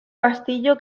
castillo